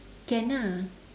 can ah